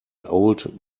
old